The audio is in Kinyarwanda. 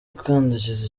akandagiza